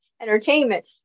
Entertainment